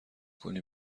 کنی